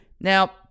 Now-